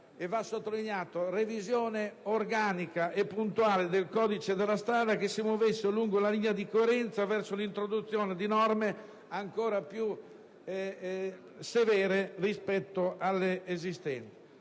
di una revisione organica e puntuale del codice della strada, che si muovesse lungo una linea di coerenza verso l'introduzione di norme ancora più severe rispetto a quelle esistenti.